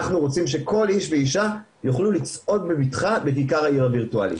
אנחנו רוצים שכל איש ואישה יוכלו לצעוד בבטחה בכיכר העיר הווירטואלית,